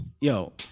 yo